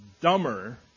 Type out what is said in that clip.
dumber